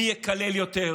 מי יקלל יותר,